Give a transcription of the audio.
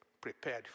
prepared